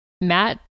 Matt